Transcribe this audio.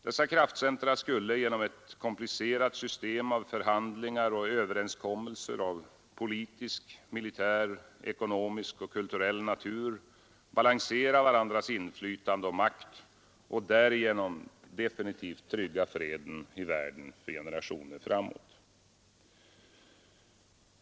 Dessa kraftcentra skulle genom ett komplicerat system av förhandlingar och överenskommelser av politisk, militär, ekonomisk och kulturell natur balansera varandras inflytande och makt och därigenom definitivt trygga freden i världen för generationer framåt.